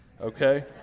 okay